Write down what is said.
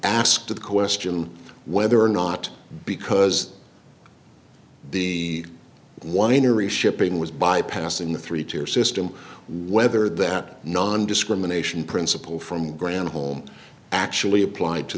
asked the question whether or not because the winery shipping was bypassing the three tier system whether that nondiscrimination principle from granholm actually applied to